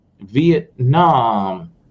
Vietnam